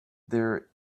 there